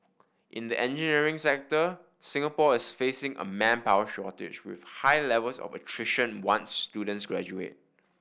in the engineering sector Singapore is facing a manpower shortage with high levels of attrition once students graduate